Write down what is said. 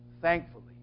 thankfully